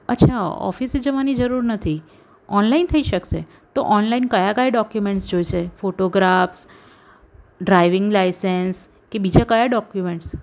અચ્છા ઓફિસે જવાની જરૂર નથી ઓનલાઇન થઈ શકસે તો ઓનલાઈન કયા કયા ડોક્યુમેન્ટ્સ જોઈશે ફોટોગ્રાફસ ડ્રાઇવિંગ લાઇસેન્સ કે બીજા કયા ડોક્યુમેન્ટ્સ